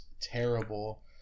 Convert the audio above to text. terrible